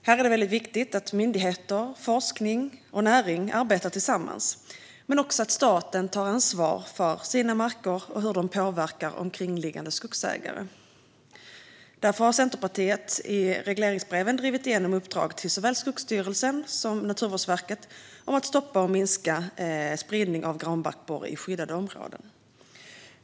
Det är viktigt att myndigheter, forskning och näring arbetar tillsammans men också att staten tar ansvar för sina marker och hur de påverkar omkringliggande skogsägare. Därför har Centerpartiet i regleringsbreven drivit igenom uppdrag till såväl Skogsstyrelsen som Naturvårdsverket om att minska och stoppa spridning av granbarkborre i skyddade områden.